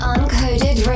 Uncoded